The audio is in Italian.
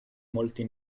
molti